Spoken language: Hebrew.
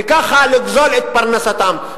וכך לגזול את פרנסתם.